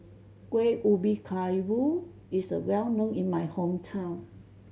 Kueh Ubi Kayu is well known in my hometown